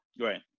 Right